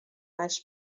mais